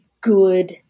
good